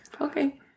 Okay